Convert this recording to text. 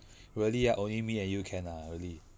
really ah only me and you can ah really